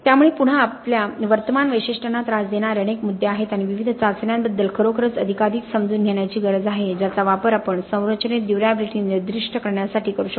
त्यामुळे पुन्हा आमच्या वर्तमान वैशिष्ट्यांना त्रास देणारे अनेक मुद्दे आहेत आणि विविध चाचण्यांबद्दल खरोखरच अधिकाधिक समजून घेण्याची गरज आहे ज्याचा वापर आपण संरचनेत ड्युर्याबिलिटी निर्दिष्ट करण्यासाठी करू शकतो